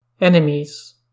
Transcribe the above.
Enemies